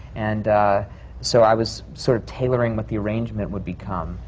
and so i was sort of tailoring what the arrangement would become.